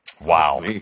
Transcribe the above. Wow